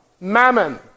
Mammon